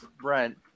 Brent